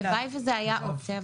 הלוואי שזאת הייתה אופציה,